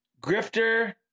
Grifter